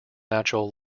natural